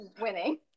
winning